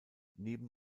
neben